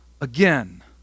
again